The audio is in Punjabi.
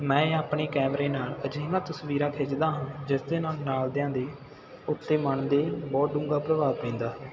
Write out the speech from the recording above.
ਮੈਂ ਆਪਣੇ ਕੈਮਰੇ ਨਾਲ ਅਜਿਹੀਆਂ ਤਸਵੀਰਾਂ ਖਿੱਚਦਾ ਹਾਂ ਜਿਸ ਦੇ ਨਾਲ ਨਾਲਦਿਆਂ ਦੀ ਉੱਤੇ ਮਨ ਦੇ ਬਹੁਤ ਡੂੰਘਾ ਪ੍ਰਭਾਵ ਪੈਂਦਾ ਹੈ